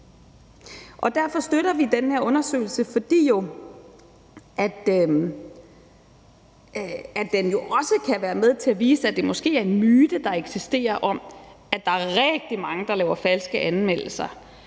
Vi støtter den her undersøgelse, fordi den jo også kan være med til at vise, at det måske er en myte, der eksisterer, at der er rigtig mange, der laver falske anmeldelser